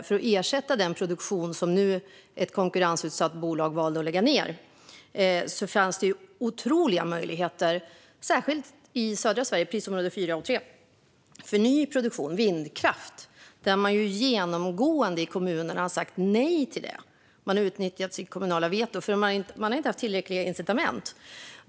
För att ersätta den produktion som ett konkurrensutsatt bolag valde att lägga ned fanns det otroliga möjligheter särskilt i södra Sverige i prisområde 4 och 3 för ny produktion av vindkraft. Där har man genomgående i kommunerna sagt nej till det. Man har utnyttjat sitt kommunala veto, för man har inte haft tillräckliga incitament.